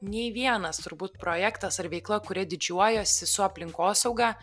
nei vienas turbūt projektas ar veikla kuria didžiuojuosi su aplinkosauga